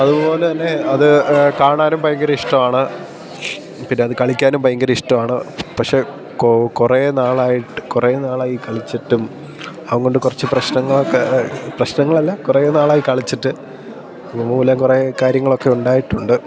അതുപോലെതന്നെ അത് കാണാനും ഭയങ്കര ഇഷ്ടമാണ് പിന്നെ അത് കളിക്കാനും ഭയങ്കര ഇഷ്ടമാണ് പക്ഷേ കുറേ നാളായിട്ട് കുറേ നാളായി കളിച്ചിട്ടും അതുകൊണ്ട് കുറച്ച് പ്രശ്നങ്ങളൊക്കെ പ്രശ്നങ്ങളല്ല കുറേ നാളായി കളിച്ചിട്ട് അതുമൂലം കുറേ കാര്യങ്ങളൊക്കെ ഉണ്ടായിട്ടുണ്ട്